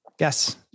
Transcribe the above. Yes